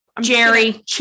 Jerry